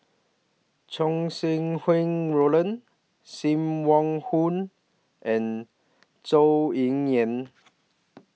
Chow Sau Hui Roland SIM Wong Hoo and Zhou Ying Yan